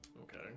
Okay